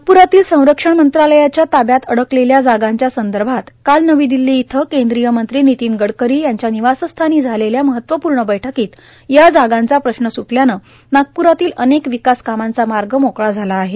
नागप्रातील संरक्षण मंत्रालयाच्या ताब्यात अडकलेल्या जागांच्या संदर्भात काल नवी दिल्ली इथं केंद्रीय मंत्री नितीन गडकरी यांच्या निवासस्थानी झालेल्या महत्वपूर्ण बैठकीत या जागांचा प्रश्न सुटल्यानं नागपुरातील अनेक विकास कामांचा मार्ग मोकळा झाला आहे